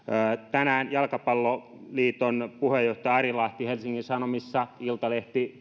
tänään jalkapalloliiton puheenjohtaja ari lahti helsingin sanomissa toi asiaa